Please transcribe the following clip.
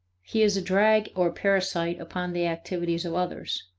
he is a drag or parasite upon the activities of others.